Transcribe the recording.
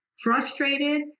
frustrated